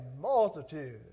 multitude